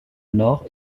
nord